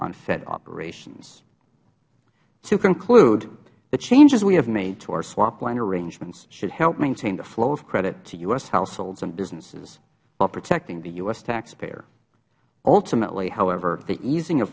fed operations to conclude the changes we have made to our swap line arrangements should help maintain the flow of credit to u s households and businesses while protecting the u s taxpayer ultimately however the easing